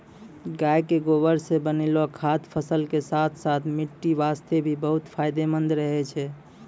गाय के गोबर सॅ बनैलो खाद फसल के साथॅ साथॅ मिट्टी वास्तॅ भी बहुत फायदेमंद रहै छै